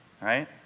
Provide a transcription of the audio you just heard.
right